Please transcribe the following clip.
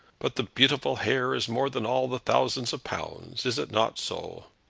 but the beautiful hair is more than all the thousands of pounds. is it not so?